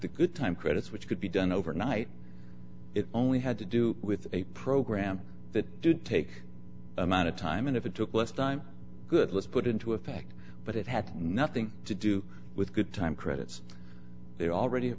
the good time credits which could be done overnight it only had to do with a program that did take amount of time and if it took less time good was put into effect but it had nothing to do with good time credits they already